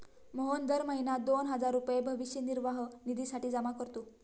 मोहन दर महीना दोन हजार रुपये भविष्य निर्वाह निधीसाठी जमा करतो